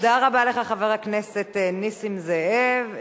תודה רבה לך, חבר הכנסת נסים זאב.